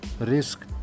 risk